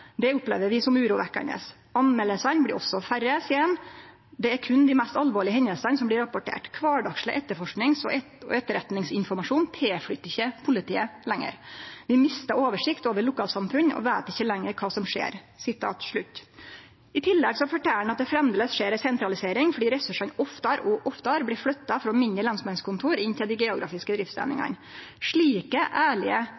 Det opplever vi som urovekkjande. Meldingane blir også færre. Det er berre dei mest alvorlege hendingane som blir rapporterte. Kvardagsleg etterforskings- og etterretningsinformasjon kjem ikkje lenger til politiet. Vi mistar oversikt over lokalsamfunn og veit ikkje lenger kva som skjer. I tillegg fortel han at det framleis skjer ei sentralisering fordi ressursane oftare og oftare blir flytta frå mindre lensmannskontor og inn til dei geografiske